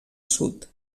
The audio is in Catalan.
sud